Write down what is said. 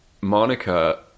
Monica